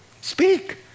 Speak